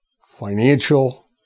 financial